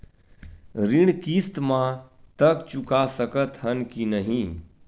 ऋण किस्त मा तक चुका सकत हन कि नहीं?